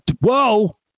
whoa